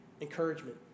encouragement